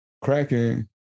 cracking